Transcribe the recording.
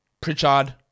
Pritchard